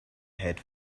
head